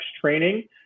training